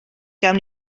gawn